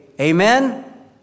amen